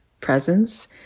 presence